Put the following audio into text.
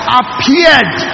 appeared